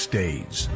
days